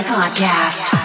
Podcast